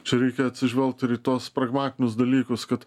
čia reikia atsižvelgt ir į tuos pragmatinius dalykus kad